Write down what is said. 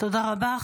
תודה רבה.